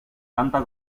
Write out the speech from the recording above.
canta